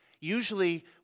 Usually